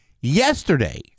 yesterday